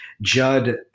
Judd